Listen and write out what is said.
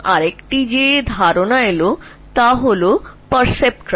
আর একটি ধারণা যা এসেছিল তা ছিল পারসেপ্ট্রন